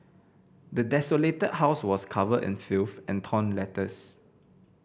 the desolated house was covered in filth and torn letters